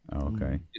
Okay